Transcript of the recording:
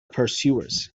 pursuers